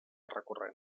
recorrent